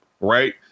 right